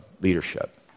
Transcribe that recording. leadership